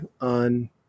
on